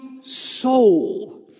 soul